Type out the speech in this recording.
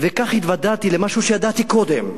וכך התוודעתי למשהו שידעתי קודם,